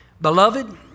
Beloved